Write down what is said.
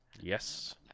Yes